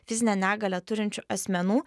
fizinę negalią turinčių asmenų